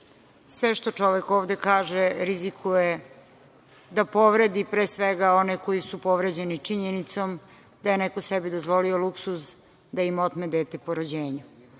što čovek ovde kaže, rizikuje da povredi pre svega one koji su povređeni činjenicom da je neko sebi dozvolio luksuz da im otme dete po rođenju,